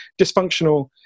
dysfunctional